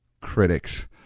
critics